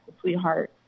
sweetheart